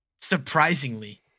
Surprisingly